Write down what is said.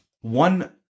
one